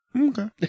Okay